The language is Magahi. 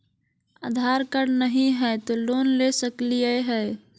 आधार कार्ड नही हय, तो लोन ले सकलिये है?